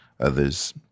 others